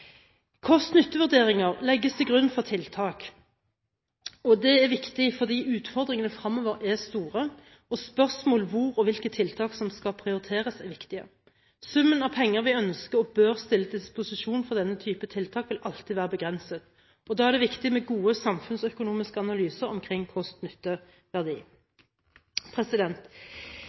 utrygghet. Kost–nytte-vurderinger legges til grunn for tiltak. Det er viktig fordi utfordringene fremover er store, og spørsmålet om hvor og hvilke tiltak som skal prioriteres, er viktig. Summen av penger vi ønsker og bør stille til disposisjon for denne type tiltak, vil alltid være begrenset, og da er det viktig med gode samfunnsøkonomiske analyser omkring